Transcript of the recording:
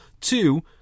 two